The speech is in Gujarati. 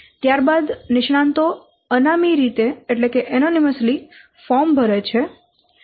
ત્યાર બાદ નિષ્ણાંતો અનામી રીતે ફોર્મ ભરે છે